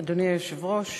הוראת